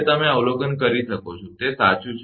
તમે અવલોકન કરી શકો છો તે સાચું છે